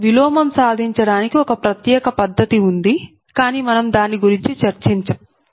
విలోమం సాధించడానికి ఒక ప్రత్యేక పద్ధతి ఉంది కానీ మనం దాని గురించి చర్చించం